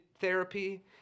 therapy